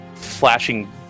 flashing